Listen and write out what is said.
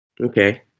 Okay